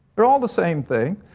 theyre all the same thing.